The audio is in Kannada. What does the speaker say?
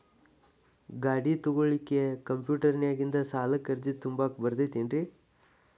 ಗಾಡಿ ತೊಗೋಳಿಕ್ಕೆ ಕಂಪ್ಯೂಟೆರ್ನ್ಯಾಗಿಂದ ಸಾಲಕ್ಕ್ ಅರ್ಜಿ ತುಂಬಾಕ ಬರತೈತೇನ್ರೇ?